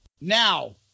Now